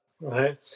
Right